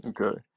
okay